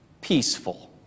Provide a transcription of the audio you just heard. peaceful